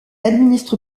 administre